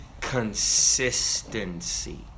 consistency